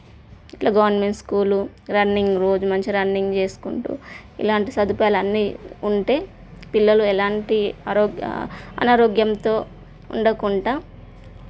ఇట్లా government school running రోజు మంచి రన్నింగ్ చేసుకుంటూ ఇలాంటి సదుపాయాలు అన్నీ ఉంటే పిల్లలు ఎలాంటి ఆరోగ్య అనారోగ్యంతో ఉండకుండా